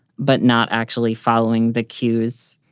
but not actually following the cues,